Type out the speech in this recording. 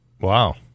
Wow